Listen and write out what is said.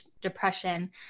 depression